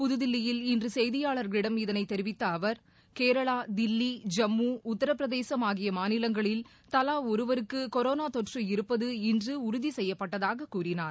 புதுகில்லியில் இன்றுசெய்தியாளர்களிடம் இதைதெரிவித்தஅவர் கேரளா தில்லி ஜம்மு உத்திரபிரதேசம் ஆகியமாநிலங்களில் தலாஒருவருக்குகொரோனாதொற்று இருப்பது இன்றுஉறுதிசெய்யப்பட்டதாககூறினார்